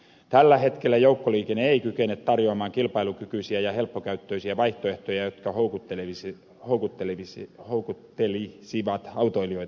tällä hetkellä joukkoliikenne ei kykene tarjoamaan kilpailukykyisiä ja helppokäyttöisiä vaihtoehtoja jotka houkuttelisivat autoilijoita